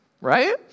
right